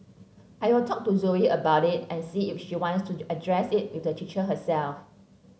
I'll talk to Zoe about it and see if she wants to address it with the teacher herself